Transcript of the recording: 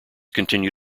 continue